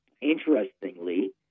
Interestingly